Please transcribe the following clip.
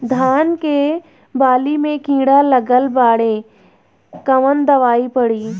धान के बाली में कीड़ा लगल बाड़े कवन दवाई पड़ी?